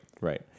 Right